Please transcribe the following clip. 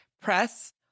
press